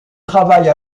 travaille